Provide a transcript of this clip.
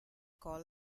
call